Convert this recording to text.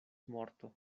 morto